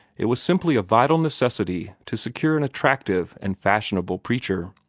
it was simply a vital necessity to secure an attractive and fashionable preacher.